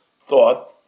thought